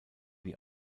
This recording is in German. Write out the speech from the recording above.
die